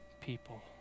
people